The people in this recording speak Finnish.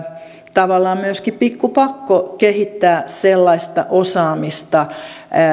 tavallaan myöskin pikku pakko kehittää sellaista osaamista